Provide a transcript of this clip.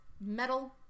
metal